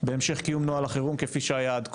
בהמשך קיום נוהל החירום כפי שהיה עד כה.